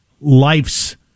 life's